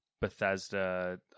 Bethesda